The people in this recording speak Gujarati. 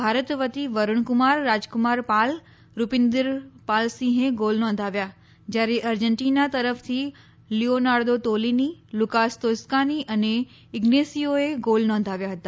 ભારત વતી વરૂણકુમાર રાજકુમાર પાલ રુપીન્દર પાલસિંહે ગોલ નોંધાવ્યા જ્યારે અર્જેન્ટીના તરફથી લીઓનાર્દો તોલિની લુકાસ તોસ્કાની અને ઈઝનેસીયોએ ગોલ નોંધાવ્યા હતા